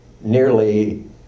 nearly